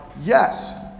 Yes